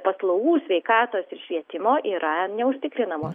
paslaugų sveikatos ir švietimo yra neužtikrinamos